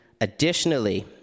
Additionally